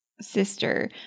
sister